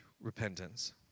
repentance